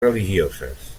religioses